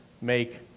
make